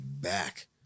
back